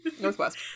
northwest